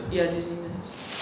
ya dizziness